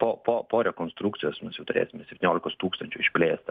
po po po rekonstrukcijos mes jau turėsim septyniolikos tūkstančių išplėstą